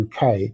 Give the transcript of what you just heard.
UK